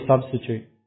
substitute